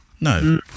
no